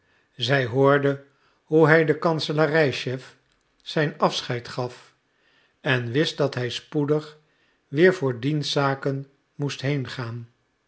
zij hoorde hoe hij den kanselarij chef zijn afscheid gaf en wist dat hij spoedig weer voor dienstzaken moest heengaan